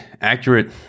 accurate